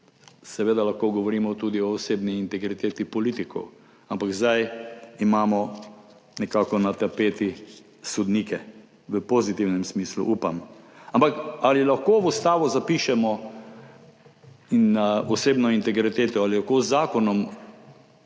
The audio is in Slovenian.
Seveda lahko govorimo tudi o osebni integriteti politikov, ampak zdaj imamo nekako na tapeti sodnike, v pozitivnem smislu, upam. Ampak ali lahko v ustavo zapišemo osebno integriteto, ali lahko z zakonom